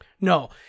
No